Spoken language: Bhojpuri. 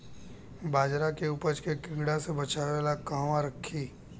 बाजरा के उपज के कीड़ा से बचाव ला कहवा रखीं?